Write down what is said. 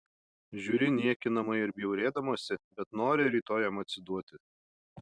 žiūri niekinamai ir bjaurėdamasi bet nori rytoj jam atsiduoti